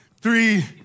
three